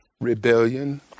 rebellion